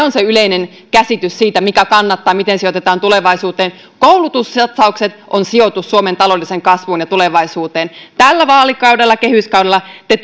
on se yleinen käsitys siitä mikä kannattaa miten sijoitetaan tulevaisuuteen koulutussatsaukset ovat sijoitus suomen taloudelliseen kasvuun ja tulevaisuuteen tällä vaalikaudella kehyskaudella te